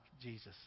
Jesus